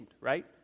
right